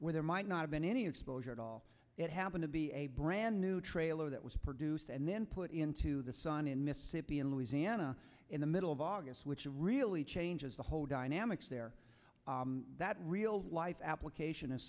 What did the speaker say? where there might not have been any exposure at all it happened to be a brand new trailer that was produced and then put into the sun in mississippi and louisiana in the middle of august which really changes the whole dynamics there that real life application is